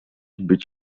być